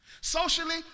Socially